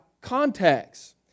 contacts